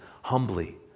humbly